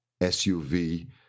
SUV